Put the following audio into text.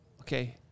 okay